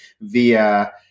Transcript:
via